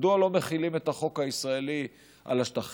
מדוע לא מחילים את החוק הישראלי על השטחים,